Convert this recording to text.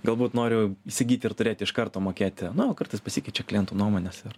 galbūt noriu įsigyti ir turėti iš karto mokėti nu kartais pasikeičia klientų nuomonės ir